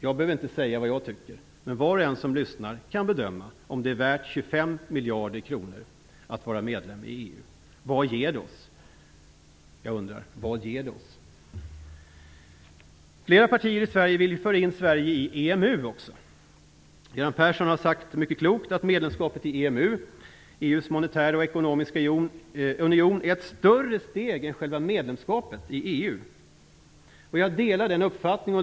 Jag behöver inte säga vad jag tycker, men var och en som lyssnar kan bedöma om det är värt 25 miljarder kronor att vara medlem i EU. Jag undrar: Vad ger det oss? Flera partier i Sverige vill föra in Sverige i EMU också. Göran Persson har mycket klokt sagt att medlemskapet i EMU, EU:s monetära och ekonomiska union, är ett större steg än själva medlemskapet i EU. Jag delar den uppfattningen.